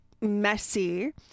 messy